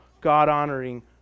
God-honoring